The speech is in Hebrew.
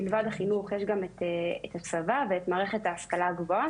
מלבד החינוך יש גם את הצבא ואת מערכת ההשכלה הגבוהה,